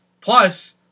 Plus